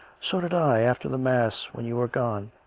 so did i, after the mass when you were gone.